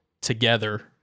together